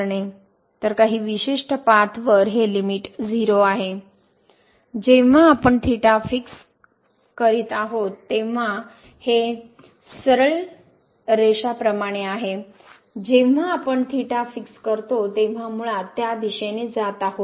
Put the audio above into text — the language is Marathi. तर काही विशिष्ट पाथवर हे लिमिट 0 आहे जेव्हा आपण थीटाफिक्स करीत आहोत तेव्हा हे सरळ रेषाप्रमाणे आहे जेंव्हा आपण थीटा फिक्स करतो तेंव्हा मुळात त्या दिशेने जात आहोत